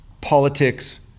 politics